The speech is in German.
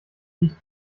nicht